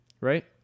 right